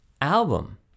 album